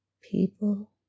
People